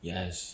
Yes